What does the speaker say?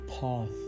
path